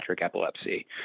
epilepsy